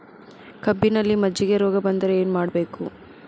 ಕಬ್ಬಿನಲ್ಲಿ ಮಜ್ಜಿಗೆ ರೋಗ ಬಂದರೆ ಏನು ಮಾಡಬೇಕು?